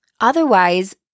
Otherwise